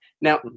Now